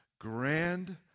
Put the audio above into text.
grand